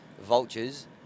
vultures